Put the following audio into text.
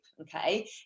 okay